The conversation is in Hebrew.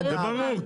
זה ברור,